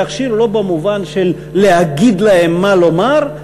להכשיר לא במובן של להגיד להם מה לומר,